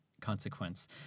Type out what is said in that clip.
consequence